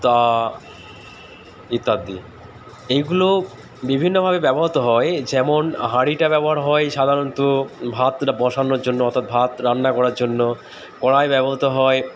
তাওয়া ইত্যাদি এইগুলো বিভিন্নভাবে ব্যবহৃত হয় যেমন হাঁড়িটা ব্যবহার হয় সাধারণত ভাতটা বসানোর জন্য অর্থাৎ ভাত রান্না করার জন্য কড়াই ব্যবহৃত হয়